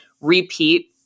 repeat